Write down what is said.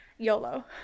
yolo